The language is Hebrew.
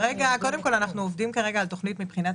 אנחנו עובדים כרגע על תכנית מבחינת